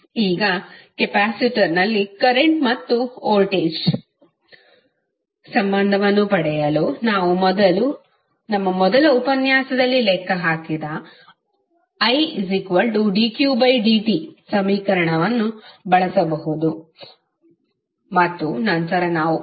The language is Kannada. ಈಗ ಕೆಪಾಸಿಟರ್ನಲ್ಲಿ ಕರೆಂಟ್ ಮತ್ತು ವೋಲ್ಟೇಜ್ ಸಂಬಂಧವನ್ನು ಪಡೆಯಲು ನಾವು ನಮ್ಮ ಮೊದಲ ಉಪನ್ಯಾಸದಲ್ಲಿ ಲೆಕ್ಕಹಾಕಿದ idqdt ಸಮೀಕರಣವನ್ನು ಬಳಸಬಹುದು ಮತ್ತು ನಂತರ ನಾವು ಈಗ ನೋಡಿದ qCv